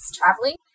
traveling